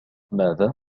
ماذا